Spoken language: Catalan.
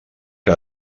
que